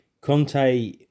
Conte